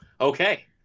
okay